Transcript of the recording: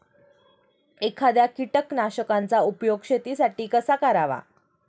एखाद्या कीटकनाशकांचा उपयोग शेतीसाठी कसा करावा?